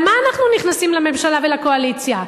על מה אנחנו נכנסים לממשלה ולקואליציה,